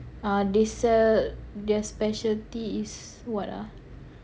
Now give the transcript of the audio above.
uh they sell their specialty is what ah